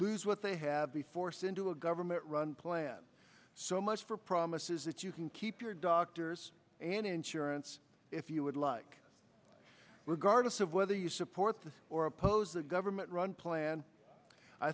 lose what they have be forced into a government run plan so much for promises that you can keep your doctors and insurance if you would like regardless of whether you support this or oppose a government run plan i